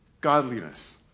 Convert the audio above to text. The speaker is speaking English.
godliness